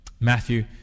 Matthew